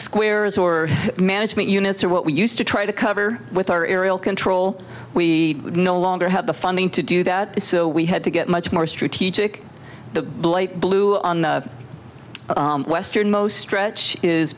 squares or management units or what we used to try to cover with our aerial control we no longer have the funding to do that so we had to get much more strategic the blue on the westernmost stretch is